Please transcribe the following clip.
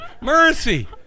Mercy